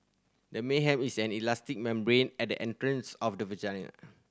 the men have is an elastic membrane at the entrance of the vagina